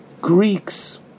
Greeks